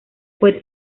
fue